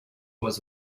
was